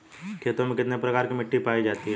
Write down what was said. खेतों में कितने प्रकार की मिटी पायी जाती हैं?